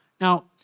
Now